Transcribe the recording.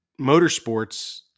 motorsports